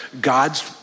God's